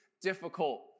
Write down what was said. difficult